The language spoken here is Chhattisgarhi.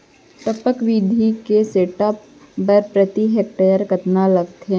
टपक विधि के सेटअप बर प्रति हेक्टेयर कतना लागत आथे?